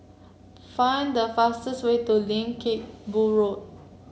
find the fastest way to Lim Teck Boo Road